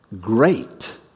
Great